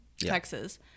Texas